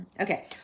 Okay